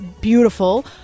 beautiful